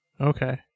Okay